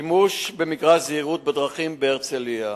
השימוש במגרש זהירות בדרכים בהרצלייה.